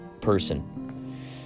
person